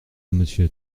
monsieur